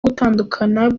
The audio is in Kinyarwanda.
gutandukana